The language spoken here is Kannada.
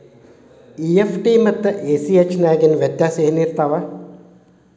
ಇ.ಎಫ್.ಟಿ ಮತ್ತ ಎ.ಸಿ.ಹೆಚ್ ನ್ಯಾಗಿನ್ ವ್ಯೆತ್ಯಾಸೆನಿರ್ತಾವ?